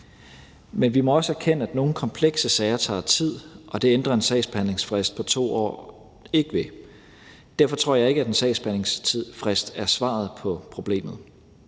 Men vi må også erkende, at nogle komplekse sager tager tid, og det ændrer en sagsbehandlingsfrist på 2 år ikke ved. Derfor tror jeg ikke, at en sagsbehandlingsfrist er svaret på problemet.